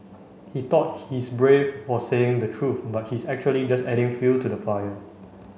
he thought he's brave for saying the truth but he's actually just adding fuel to the fire